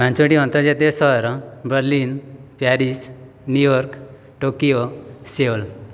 ପାଞ୍ଚଟି ଆନ୍ତର୍ଜାତିୟ ସହର Berlin Paris New York Tokyo Seoul